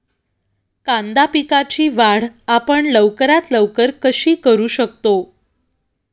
कांदा पिकाची वाढ आपण लवकरात लवकर कशी करू शकतो?